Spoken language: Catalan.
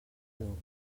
dur